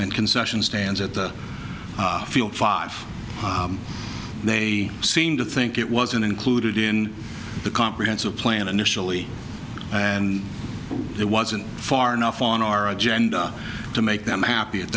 and concession stands at the field five they seem to think it wasn't included in the comprehensive plan initially and it wasn't far enough on our agenda to make them happy at